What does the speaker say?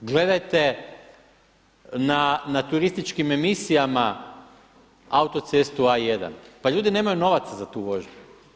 Gledajte na turističkim emisijama autocestu A1, pa ljudi nemaju novaca za tu vožnju.